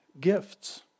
gifts